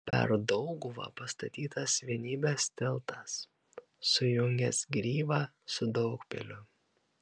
per dauguvą pastatytas vienybės tiltas sujungęs gryvą su daugpiliu